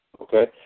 Okay